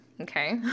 Okay